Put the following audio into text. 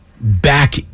back